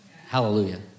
Hallelujah